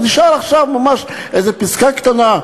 אז נשארה עכשיו ממש איזה פסקה קטנה,